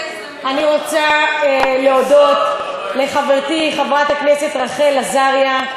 אני רוצה להודות לחברתי חברת הכנסת רחל עזריה,